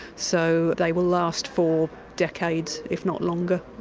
so they will last for decades, if not longer.